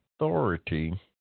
Authority